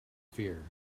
fear